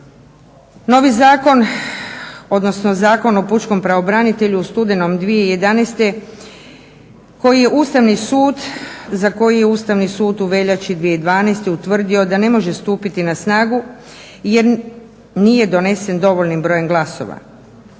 novi zakon, odnosno Zakon o pučkom pravobranitelju u studenom 2011. koji je Ustavni sud u veljači 2012. utvrdio da ne može stupiti na snagu jer nije donesen dovoljnim brojem glasova.